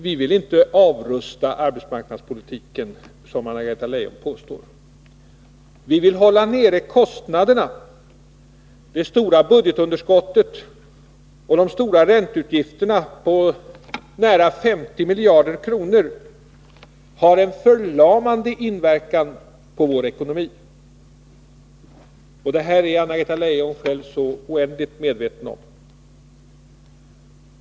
Vi vill inte avrusta arbetsmarknaden, som Anna-Greta Leijon påstår. Men vi vill hålla nere kostnaderna. Det stora budgetunderskottet och de stora ränteutgifterna på nära 50 miljarder kronor har en förlamande inverkan på vår ekonomi — detta är Anna-Greta Leijon så oändligt medveten om.